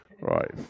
right